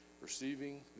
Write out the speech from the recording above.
receiving